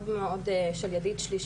של ידיד שלי,